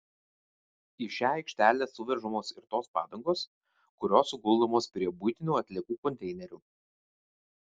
į šią aikštelę suvežamos ir tos padangos kurios suguldomos prie buitinių atliekų konteinerių